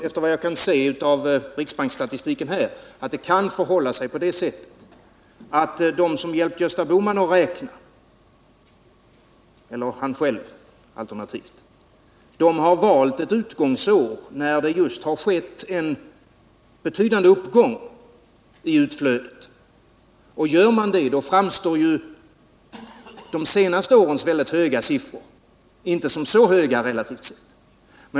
Efter vad jag kan se av riksbanksstatistiken tror jag att det kan förhålla sig på det sättet att de som har hjälpt Gösta Bohman att räkna — alternativt han själv — har valt ett utgångsår när det just har skett en betydande uppgång i utflödet. Och gör man det framstår de senaste årens mycket höga siffror inte som så höga, relativt sett.